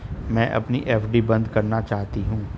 मैं अपनी एफ.डी बंद करना चाहती हूँ